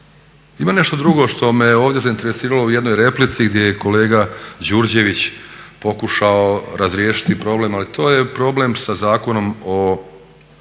Ima nešto drugo što me ovdje zainteresiralo u jednoj replici gdje je kolega Đurđević pokušao razriješiti problem, ali to je problem sa Zakonom o